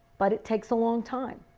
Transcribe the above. but it takes a long time.